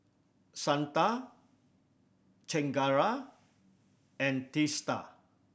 Santha Chengara and Teesta